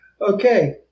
Okay